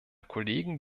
kollegen